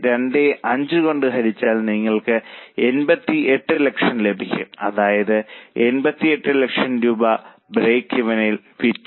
625 കൊണ്ട് ഹരിച്ചാൽ നിങ്ങൾക്ക് 88 ലക്ഷം ലഭിക്കും അതായത് 88 ലക്ഷം രൂപ ഈവനിലേക്ക് വിറ്റു